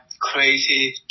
crazy